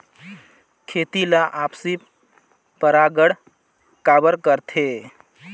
खेती ला आपसी परागण काबर करथे?